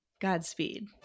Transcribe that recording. godspeed